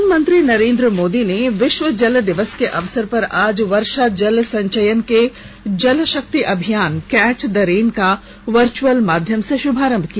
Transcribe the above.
प्रधानमंत्री नरेन्द्र मोदी ने विश्व जल दिवस के अवसर पर आज वर्षा जल संचयन के जल शक्ति अभियान कैच द रेन का वर्चुअल माध्यम से शुभारंभ किया